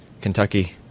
Kentucky